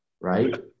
right